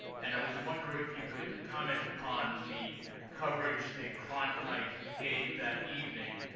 and i was wondering if you could comment upon the coverage that cronkite gave that evening,